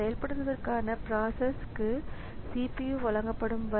செயல்படுத்துவதற்கானபிராசஸ் க்கு CPU வழங்கப்படும் வரை